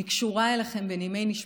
אני קשורה אליכם בנימי נשמתי,